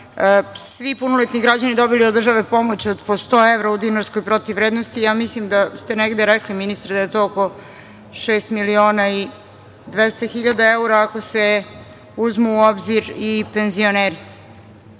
svi punoletni građani dobili od države pomoć od po 100 evra u dinarskoj protivvrednosti, ja mislim da ste negde rekli, ministre, da je to oko šest miliona i 200 hiljada evra, ako se uzmu u obzir i penzioneri. Ova